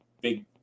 big